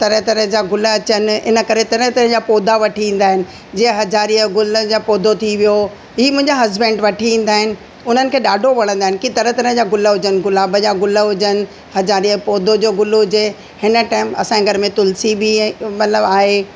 तरह तरह जा गुल अचनि इन करे तरह तरह जा पौधा वठी ईंदा आहिनि जीअं हजारीअ जो गुल जो पौधो थी वियो हीउ मुंहिंजा हसबैंड वठी ईंदा आहिनि उन्हनि खे ॾाढो वणंदा आहिनि की तरह तरह जा गुल हुजनि गुलाब जा गुल हुजनि हजारीअ जे पौधे जो गुल हुजे हिन टाइम असांजे घर में तुलिसी बि मतिलबु आहे